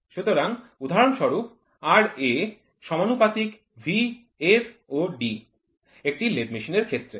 সুতরাং উদাহরণস্বরূপ Ra∝ v f d একটি লেদ মেশিনের ক্ষেত্রে